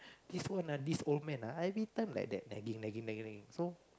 this one lah this old man ah everything like that nagging nagging nagging nagging so